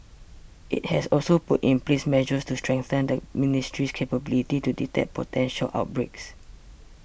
it has also put in place measures to strengthen the ministry's capability to detect potential outbreaks